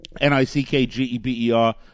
N-I-C-K-G-E-B-E-R